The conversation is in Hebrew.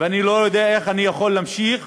ואני לא יודע איך אני יכול להמשיך